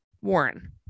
Warren